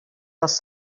dels